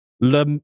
Le